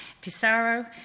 Pissarro